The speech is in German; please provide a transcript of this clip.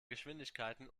geschwindigkeiten